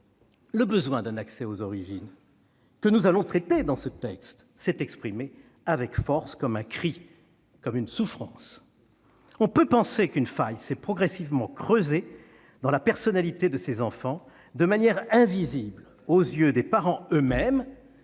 le besoin d'un accès aux origines, que nous allons traiter dans ce texte, s'est exprimé avec force comme un cri, comme une souffrance. On peut penser qu'une faille s'est progressivement creusée dans la personnalité de ces enfants, de manière invisible aux yeux des parents eux-mêmes,